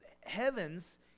heavens